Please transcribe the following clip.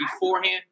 beforehand